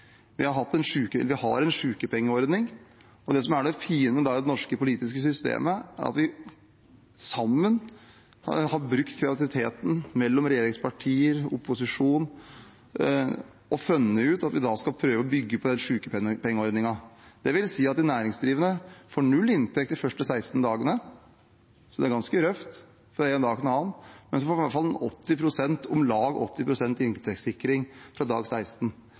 Vi har en sykepengeordning. Og det som er det fine med det norske politiske systemet, er at vi sammen har brukt kreativiteten mellom regjeringspartier og opposisjon og funnet ut at vi skal prøve å bygge på den sykepengeordningen, det vil si at de næringsdrivende får null i inntekt de første 16 dagene, det er ganske røft fra en dag til en annen, men så får de i hvert fall om lag 80 pst. inntektssikring fra dag 16.